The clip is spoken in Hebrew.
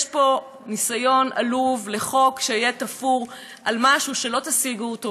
יש פה ניסיון עלוב לחוקק חוק שיהיה תפור על משהו שלא תשיגו אותו,